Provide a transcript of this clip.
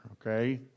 okay